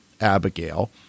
Abigail